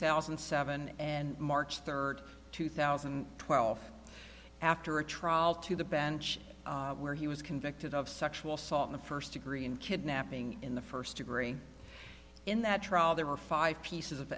thousand and seven and march third two thousand and twelve after a trial to the bench where he was convicted of sexual assault in the first degree and kidnapping in the first degree in that trial there were five pieces of